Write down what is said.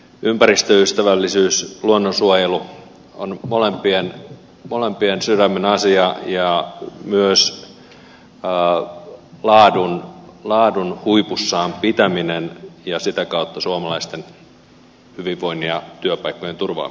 ympäristöystävällisyys luonnonsuojelu on molempien sydämenasia ja myös laadun huipussaan pitäminen ja sitä kautta suomalaisten hyvinvoinnin ja työpaikkojen turvaaminen